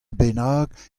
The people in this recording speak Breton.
bennak